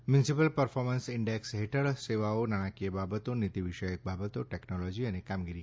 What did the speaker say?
municipal performance index હેઠળ સેવાઓ નાણાકીય બાબતો નીતિ વિષયક બાબતો ટેક્નોલોજી અને કામગીરી છે